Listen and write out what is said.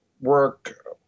work